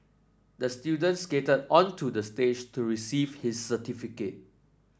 the student skated onto the stage to receive his certificate